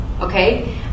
okay